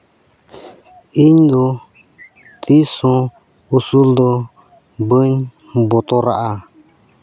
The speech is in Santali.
ᱤᱧ ᱫᱚ ᱛᱤᱥ ᱦᱚᱸ ᱩᱥᱩᱞ ᱫᱚ ᱵᱟᱹᱧ ᱵᱚᱛᱚᱨᱟᱜᱼᱟ